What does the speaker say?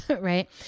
right